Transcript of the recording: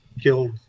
killed